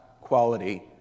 quality